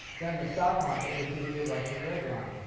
then the stock market would behave like the red line,